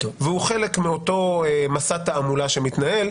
והוא חלק מאותו מסע תעמולה שמתנהל.